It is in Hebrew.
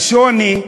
השוני,